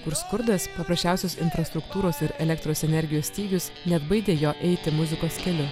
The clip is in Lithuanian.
kur skurdas paprasčiausios infrastruktūros ir elektros energijos stygius neatbaidė jo eiti muzikos keliu